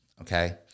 Okay